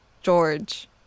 George